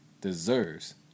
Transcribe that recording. deserves